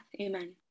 Amen